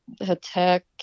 attack